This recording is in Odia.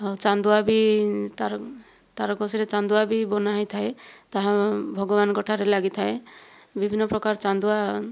ଆଉ ଚାନ୍ଦୁଆ ବି ତାରକସିରେ ଚାନ୍ଦୁଆ ବି ବନାହୋଇଥାଏ ତାହା ଭଗବାନଙ୍କ ଠାରେ ଲାଗିଥାଏ ବିଭିନ୍ନ ପ୍ରକାର ଚାନ୍ଦୁଆ